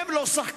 והם לא שחקנים.